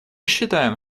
считаем